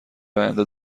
آینده